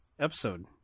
episode